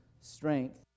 strength